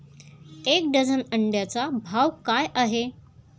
एक डझन अंड्यांचा भाव काय आहे?